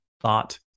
thought